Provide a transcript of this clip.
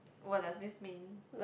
what does this mean